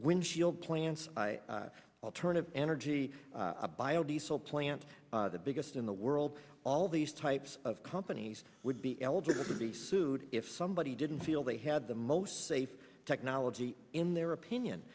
windshield plants alternative energy a biodiesel plant the biggest in the world all these types of companies would be eligible to be sued if somebody didn't feel they had the most safe technology in their opinion